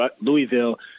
Louisville